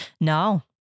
No